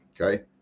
Okay